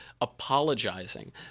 apologizing